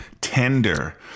tender